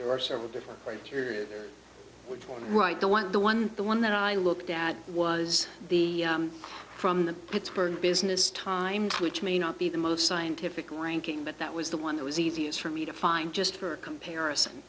there are several different criteria right don't want the one the one that i looked at was the from the pittsburgh business times which may not be the most scientific ranking but that was the one that was easy as for me to find just for comparison